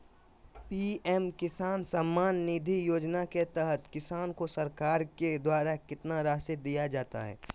PM Kisan Samman Nidhi योजना के तहत किसान को सरकार के द्वारा कितना रासि दिया जाता है?